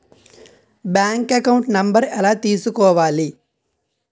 Bank account number ఎలా తీసుకోవాలి?